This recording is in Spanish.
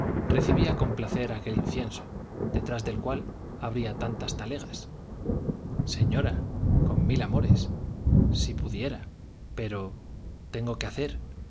recibía con placer aquel incienso detrás del cual habría tantas talegas señora con mil amores si pudiera pero tengo que hacer